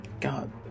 God